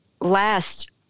last